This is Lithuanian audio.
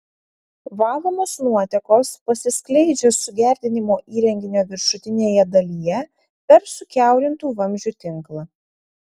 valomos nuotekos pasiskleidžia sugerdinimo įrenginio viršutinėje dalyje per sukiaurintų vamzdžių tinklą